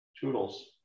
Toodles